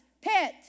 pit